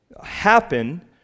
happen